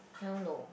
hell no